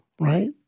right